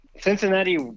Cincinnati